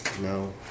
No